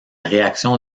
réaction